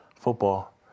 football